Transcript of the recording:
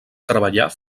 treballar